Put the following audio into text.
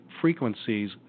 frequencies